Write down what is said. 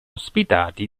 ospitati